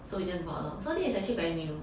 so we just bought lor so this is actually very new